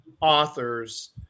authors